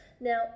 Now